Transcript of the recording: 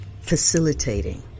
facilitating